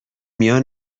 میان